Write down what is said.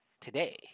today